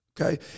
Okay